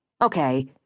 Okay